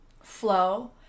flow